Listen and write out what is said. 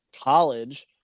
college